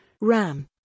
RAM